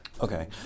Okay